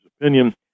opinion